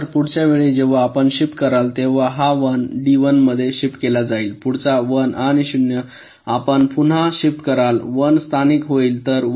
तर पुढच्या वेळी जेव्हा आपण शिफ्ट कराल तेव्हा हा 1 डी 1 मध्ये शिफ्ट केला जाईल पुढचा 1 आणि 0 आपण पुन्हा शिफ्ट कराल 1 स्थानांतरित होईल